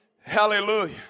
hallelujah